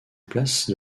place